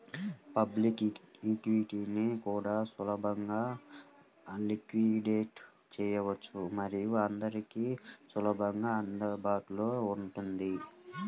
public ఈక్విటీని కూడా సులభంగా లిక్విడేట్ చేయవచ్చు మరియు అందరికీ సులభంగా అందుబాటులో ఉంటుంది